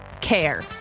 care